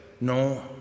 no